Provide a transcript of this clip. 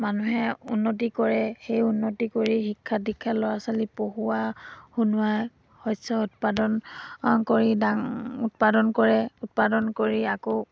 মানুহে উন্নতি কৰে সেই উন্নতি কৰি শিক্ষা দীক্ষা ল'ৰা ছোৱালী পঢ়োৱা শুনোৱা শস্য উৎপাদন কৰি ডাং উৎপাদন কৰে উৎপাদন কৰি আকৌ